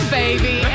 baby